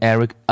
Eric